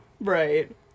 right